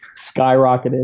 skyrocketed